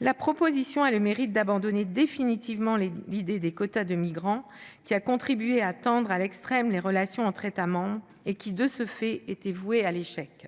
La proposition a le mérite d'abandonner définitivement l'idée des quotas de migrants, qui a contribué à tendre à l'extrême les relations entre États membres et qui, de ce fait, était vouée à l'échec.